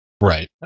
Right